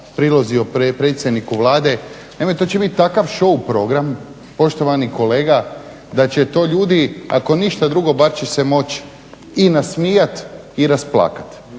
prilozi o predsjedniku Vlade, naime to će biti takav show program, poštovani kolega, da će to ljudi, ako ništa drugo, bar će se moći i nasmijati i rasplakati.